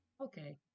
Okay